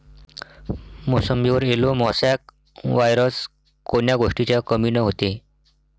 मोसंबीवर yellow mosaic virus कोन्या गोष्टीच्या कमीनं होते?